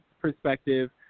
perspective